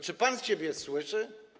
Czy pan siebie słyszy?